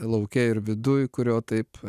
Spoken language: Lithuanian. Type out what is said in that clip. lauke ir viduj kurio taip